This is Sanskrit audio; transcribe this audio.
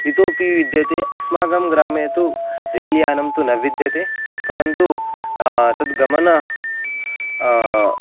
इतोपि विद्यते अस्माकं ग्रामे तु रेल् यानं तु न विद्यते परन्तु तत् गमनं